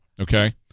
okay